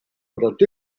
but